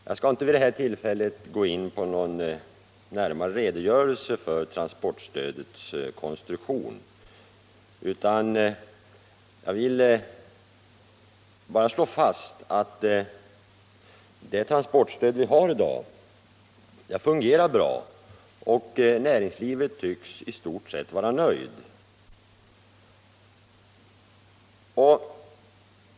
Jag skall inte vid detta tillfälle gå in på någon närmare redogörelse för transportstödets konstruktion, utan jag vill bara slå fast att det transportstöd vi har i dag fungerar bra, och inom näringslivet tycks man i stort sett vara nöjd.